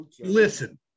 listen